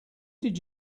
did